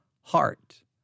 heart